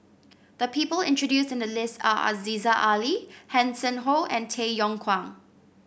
the people intreduce in the list are Aziza Ali Hanson Ho and Tay Yong Kwang